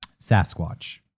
sasquatch